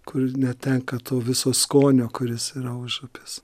kur netenka to viso skonio kuris yra užupis